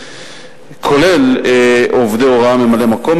כולל עובדי הוראה וממלאי-מקום,